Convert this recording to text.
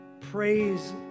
praise